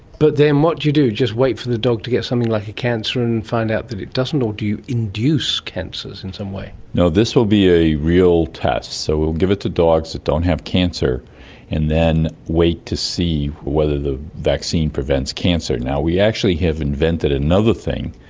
but then what do you do, just wait for the dog to get something like a cancer and and find out that it doesn't, or do you induce cancers in some way? no, this will be a real test, so we'll give it to dogs that don't have cancer and then wait to see whether the vaccine prevents cancer. now, we actually have invented another thing,